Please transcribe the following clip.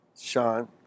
Sean